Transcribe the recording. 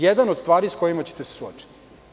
Jedna od stvari sa kojima ćete se suočiti.